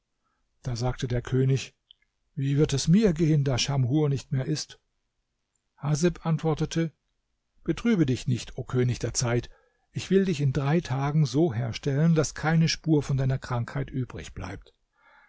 da sagte der könig wie wird es mir gehen da schamhur nicht mehr ist haseb antwortete betrübe dich nicht o könig der zeit ich will dich in drei tagen so herstellen daß keine spur von deiner krankheit